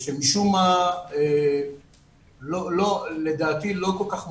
שמשום מה לדעתי לא כל כך מובנים,